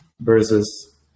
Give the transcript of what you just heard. versus